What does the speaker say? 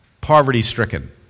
poverty-stricken